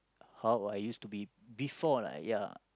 how I used to be before right ya